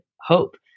hope